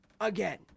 again